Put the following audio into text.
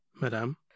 madam